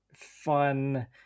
fun